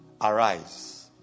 Arise